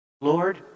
Lord